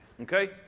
Okay